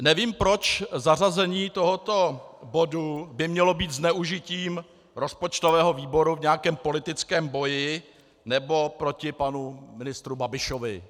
Nevím, proč zařazení tohoto bodu by mělo být zneužitím rozpočtového výboru v nějakém politickém boji nebo proti panu ministru Babišovi.